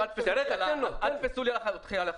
אל תתפסו אותי במילה.